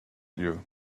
you